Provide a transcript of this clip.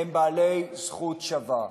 הם בעלי זכות שווה.